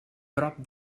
prop